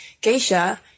geisha